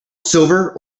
silver